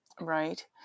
Right